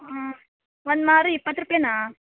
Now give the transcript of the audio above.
ಹಾಂ ಒಂದು ಮಾರು ಇಪ್ಪತ್ತು ರೂಪಾಯಿನಾ